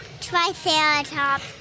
Triceratops